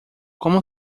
como